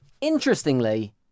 interestingly